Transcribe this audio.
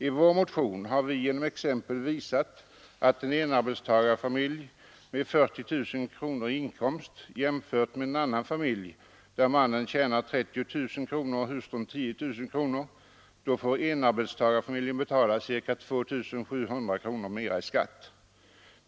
I vår motion har vi genom exempel visat att en enarbetstagarfamilj med 40 000 kronor i inkomst jämfört med en annan familj, där mannen tjänar 30 000 kronor och hustrun 10 000 kronor, får betala ca 2 700 kronor mer i skatt.